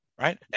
right